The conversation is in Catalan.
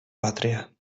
pàtria